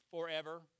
forever